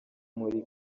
muri